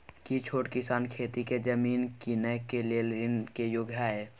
की छोट किसान खेती के जमीन कीनय के लेल ऋण के योग्य हय?